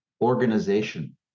organization